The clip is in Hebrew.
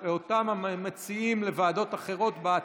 46, נגד, אין, נמנעים, אין.